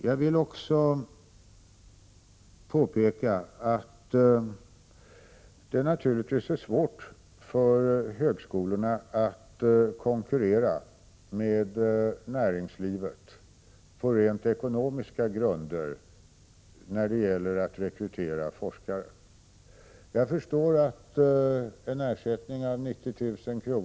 Jag vill också påpeka att det naturligtvis är svårt för högskolorna att konkurrera med näringslivet på rent ekonomiska grunder när det gäller att rekrytera forskare. Jag förstår att ersättningen på 90000 kr.